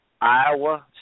Iowa